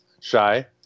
Shy